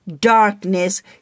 darkness